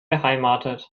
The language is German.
beheimatet